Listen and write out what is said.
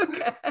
Okay